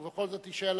ובכל זאת תישאל השאלה,